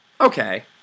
Okay